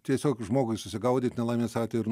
tiesiog žmogui susigaudyt nelaimės atveju ir